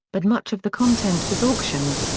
but much of the content was auctioned.